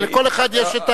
לכל אחד יש,